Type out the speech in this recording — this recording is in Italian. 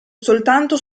soltanto